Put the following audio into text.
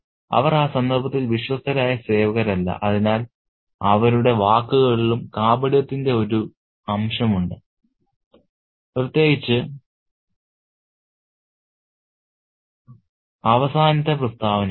അവർ ആ സന്ദർഭത്തിൽ വിശ്വസ്തരായ സേവകരല്ല അതിനാൽ അവരുടെ വാക്കുകളിലും കാപട്യത്തിന്റെ ഒരു അംശമുണ്ട് പ്രത്യേകിച്ച് അവസാനത്തെ പ്രസ്താവനയിൽ